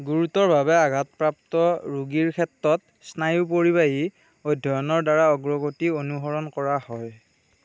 গুৰুতৰভাৱে আঘাতপ্ৰাপ্ত ৰোগীৰ ক্ষেত্ৰত স্নায়ু পৰিৱাহী অধ্যয়নৰ দ্বাৰা অগ্ৰগতি অনুসৰণ কৰা হয়